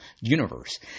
universe